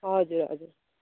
हजुर हजुर